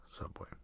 Subway